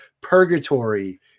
purgatory